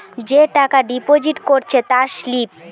যে টাকা ডিপোজিট করেছে তার স্লিপ